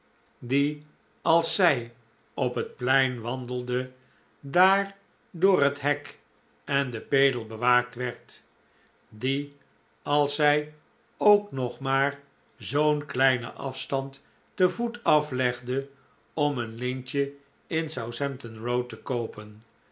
die als zij op het plein wandelde daar door het hek en den pedel bewaakt werd die als zij ook nog maar zoo'n kleinen afstand te voet aflegde om een lintje in southampton row te koopen